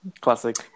classic